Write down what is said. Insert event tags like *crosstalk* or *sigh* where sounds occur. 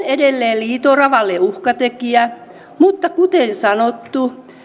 *unintelligible* edelleen liito oravalle uhkatekijöitä mutta kuten sanottu